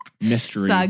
mystery